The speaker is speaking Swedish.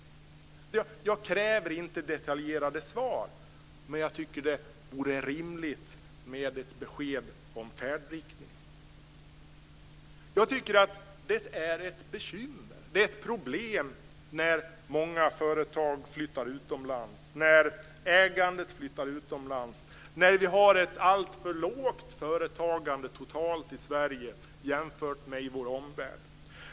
Jag kräver inte detaljerade svar, men jag tycker att det vore rimligt med ett besked om färdriktningen. Jag tycker att det är ett bekymmer när många företag flyttar utomlands, när ägandet flyttar utomlands, när vi har ett alltför lågt företagande totalt i Sverige jämfört med vår omvärld.